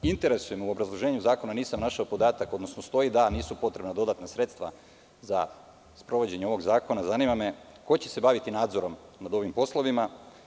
Interesuje me, u obrazloženju zakona nisam našao podatak, odnosno stoji da nisu potrebna dodatna sredstva za sprovođenje ovog zakona, ko će se baviti nadzorom nad ovim poslovima?